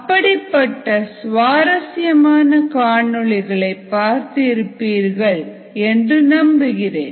அப்படிப்பட்ட சுவாரஸ்யமான காணொளிகளை பார்த்து இருப்பீர்கள் என்று நம்புகிறேன்